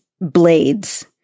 blades